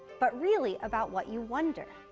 but really about what you wonder.